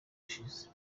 gushize